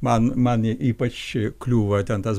man man ypač kliūva ten tas